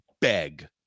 beg